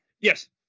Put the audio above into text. Yes